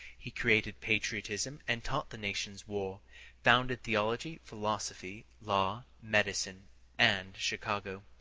he created patriotism and taught the nations war founded theology, philosophy, law, medicine and chicago.